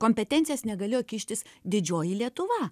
kompetencijas negalėjo kištis didžioji lietuva